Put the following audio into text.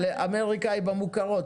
אבל אמריקה היא במכורות,